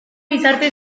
gizarte